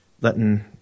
letting